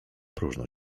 próżno